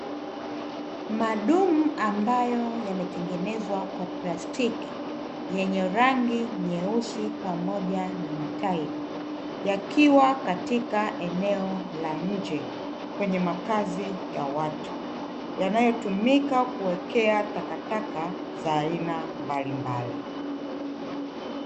Madumu ambayo yametengenezwa kwa plastiki yenye rangi nyeusi pamoja na matairi, yakiwa katika eneo la nje kwenye makazi ya watu, yanayotumika kuwekea takataka za aina mbalimbali.